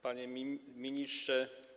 Panie Ministrze!